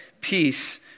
peace